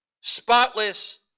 spotless